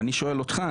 אני שואל אותך,